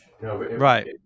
right